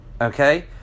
okay